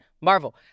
Marvel